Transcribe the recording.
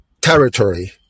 territory